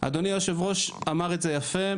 אדוני היושב-ראש אמר את זה יפה.